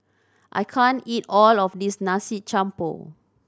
I can't eat all of this Nasi Campur